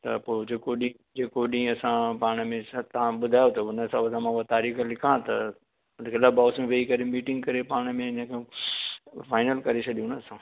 त पोइ जेको ॾींहुं जेको ॾींहुं असां पाण में छा तव्हां ॿुधायो त हुन हिसाब सां मां पोइ तारीख़ लिखां त हुते क्लब हाउस में वेही करे मीटिंग करे पाण में जेको फाइनल करे छॾियूं न असां